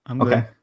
Okay